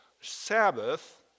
Sabbath